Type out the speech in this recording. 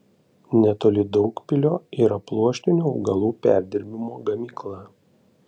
netoli daugpilio yra pluoštinių augalų perdirbimo gamykla